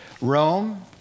Rome